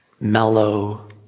mellow